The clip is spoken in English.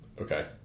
Okay